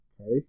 Okay